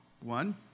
One